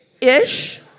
Ish